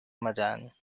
madan